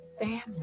family